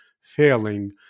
failing